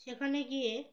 সেখানে গিয়ে